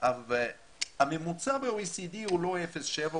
הממוצע ב-OECD הוא לא 0.7,